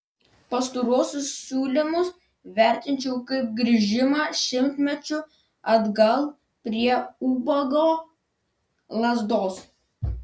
pastaruosius siūlymus vertinčiau kaip grįžimą šimtmečiu atgal prie ubago lazdos